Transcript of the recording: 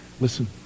Listen